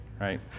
right